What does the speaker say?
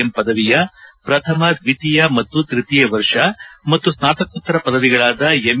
M ಪದವಿಯ ಪ್ರಥಮ ದ್ವಿತೀಯ ಮತ್ತು ತೃತೀಯ ವರ್ಷ ಮತ್ತು ಸ್ನಾತಕೋತ್ತರ ಪದವಿಗಳಾದ ಎಂ